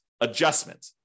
adjustment